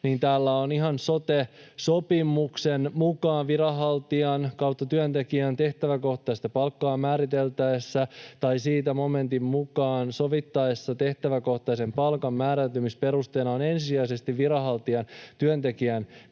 Täällä todetaan ihan, että sopimuksen mukaan viranhaltijan/työntekijän tehtäväkohtaista palkkaa määriteltäessä tai siitä momentin mukaan sovittaessa tehtäväkohtaisen palkan määräytymisperusteena on ensisijaisesti viranhaltijan/työntekijän